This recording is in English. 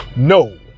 No